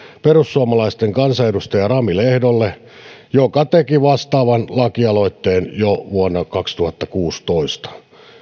perussuomalaisten kansanedustaja rami lehdolle joka teki vastaavan lakialoitteen jo vuonna kaksituhattakuusitoista